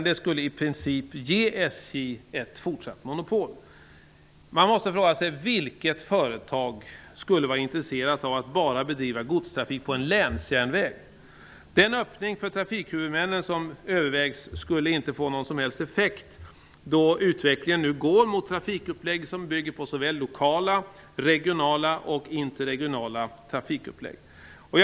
Det skulle i princip ge SJ ett fortsatt monopol. Man måste fråga sig: Vilket företag skulle vara intresserat av att bara bedriva godstrafik på en länsjärnväg? Den öppning för trafikhuvudmännen som övervägs skulle inte få någon som helst effekt då utvecklingen nu går mot trafikuppläggningar som bygger på såväl lokala, regionala som interregionala trafikuppläggningar.